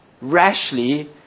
rashly